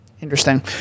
interesting